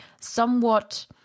somewhat